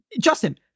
Justin